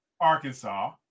Arkansas